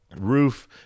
roof